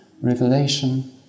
Revelation